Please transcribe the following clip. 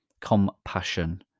Compassion